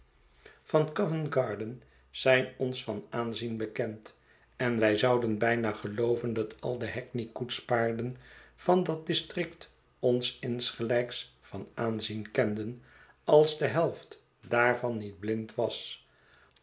veiit garden zijn ons van aanzien bekend en wij zouden bijna gelooven dat aide hackney koets paarden van dat district ons insgelijks van aanzien kenden als de helft daarvan niet blind was